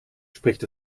spricht